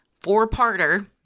four-parter